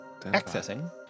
Accessing